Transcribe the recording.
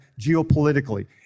geopolitically